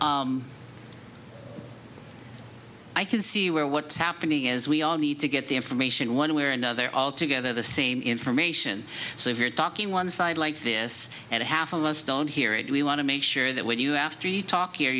chair i can see where what's happening is we all need to get the information one way or another all together the same information so if you're talking one side like this and half of us don't hear it we want to make sure that when you after you talk here